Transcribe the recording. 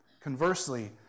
Conversely